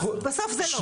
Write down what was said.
בסוף זה לא.